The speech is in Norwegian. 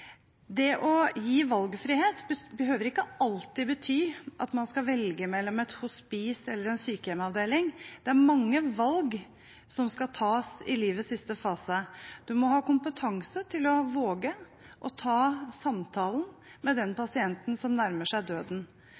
Det å gi valgfrihet behøver ikke alltid bety at man skal velge mellom et hospice eller en sykehjemsavdeling. Det er mange valg som skal tas i livets siste fase. En må ha kompetanse til å våge å ta samtalen med den pasienten som nærmer seg døden.